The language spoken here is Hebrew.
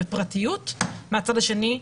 ופרטיות מהצד השני,